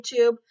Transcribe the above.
YouTube